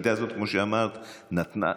הכיתה הזאת, כמו שאמרת, נתנה,